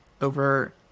over